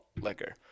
liquor